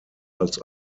als